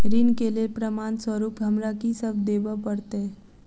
ऋण केँ लेल प्रमाण स्वरूप हमरा की सब देब पड़तय?